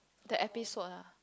the episode ah